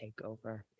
takeover